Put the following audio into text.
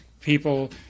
people